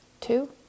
two